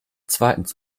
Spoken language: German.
zweitens